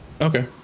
Okay